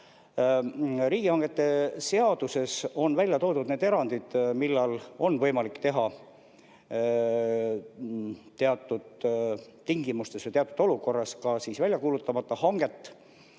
Riigihangete seaduses on välja toodud erandid, millal on võimalik teatud tingimustel ja teatud olukorras teha ka väljakuulutamata hanget,